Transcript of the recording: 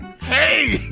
Hey